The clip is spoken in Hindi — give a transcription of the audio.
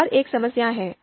एक और एक समस्या है